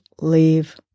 leave